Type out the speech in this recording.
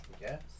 Yes